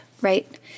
right